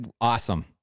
Awesome